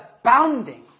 abounding